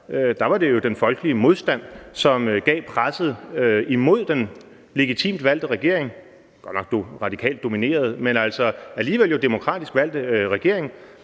Der var det jo den folkelige modstand, som gav presset imod den legitimt valgte regering – godt nok radikalt domineret, men jo alligevel demokratisk valgt. Og jeg